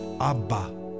Abba